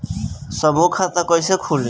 समूह खाता कैसे खुली?